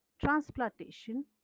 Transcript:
transplantation